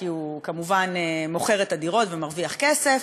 כי הוא כמובן מוכר את הדירות ומרוויח כסף,